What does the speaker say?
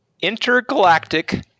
intergalactic